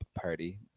party